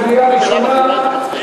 קריאה ראשונה,